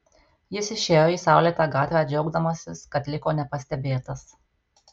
jis išėjo į saulėtą gatvę džiaugdamasis kad liko nepastebėtas